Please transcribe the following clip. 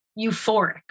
euphoric